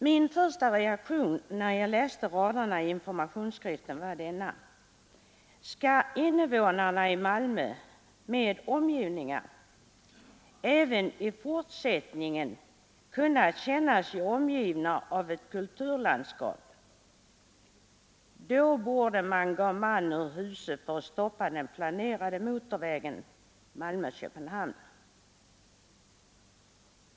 Min första reaktion när jag läste raderna i informationstidskriften var denna: Skall innevånarna i Malmö, med omgivningar, även i fortsättningen kunna känna sig omgivna av ett kulturlandskap, då borde man gå man ur huse för att stoppa den planerade motorvägen Malmö—Köpenhamn.